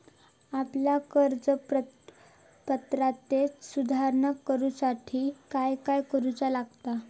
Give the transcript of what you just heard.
आपल्या कर्ज पात्रतेत सुधारणा करुच्यासाठी काय काय करूचा लागता?